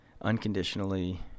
unconditionally